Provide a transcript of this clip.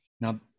Now